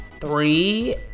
Three